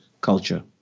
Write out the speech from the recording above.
culture